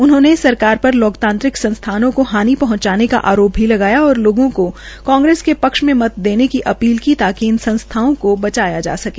उन्होंने सरकार पर लोकतांत्रिक संस्थानों को हानि पहंचाने का आरोप भी लगाया और लोगो को कांग्रेस के पक्ष मे मत देने की अपील की ताकि इन संस्थाओं को बचाया जा सके